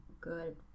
good